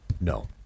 no